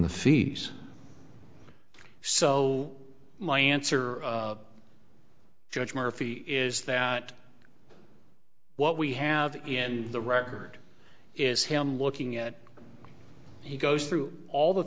the fees so my answer judge murphy is that what we have in the record is him looking at he goes through all the